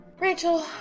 rachel